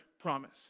promise